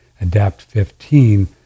ADAPT15